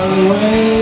away